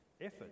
effort